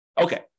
Okay